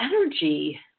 energy